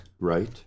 Right